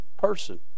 person